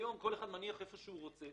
היום כל אחד מניח איפה שהוא רוצה.